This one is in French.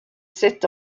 sept